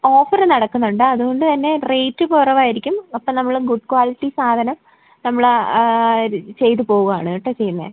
offer നടക്കുന്നുണ്ട് അതുകൊണ്ട് തന്നെ റെയ്റ്റ് കുറവായിരിക്കും അപ്പോൾ നമ്മള് ഗുഡ് ക്വാളിറ്റി സാധനം നമ്മള് ഇത് ചെയ്ത് പോകുകയാണ് കേട്ടോ ചെയ്യുന്നത്